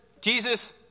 Jesus